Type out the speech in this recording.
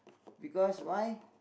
because why